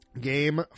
Game